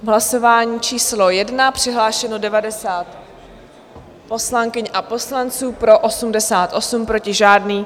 V hlasování číslo 1 přihlášeno 90 poslankyň a poslanců, pro 88, proti žádný.